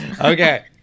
Okay